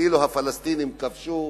וכאילו הפלסטינים כבשו,